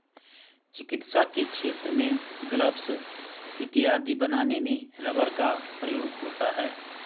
चिकित्सा के क्षेत्र में ग्लब्स इत्यादि बनाने में रबर का प्रयोग होता है